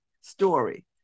story